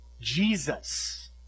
Jesus